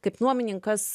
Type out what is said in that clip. kaip nuomininkas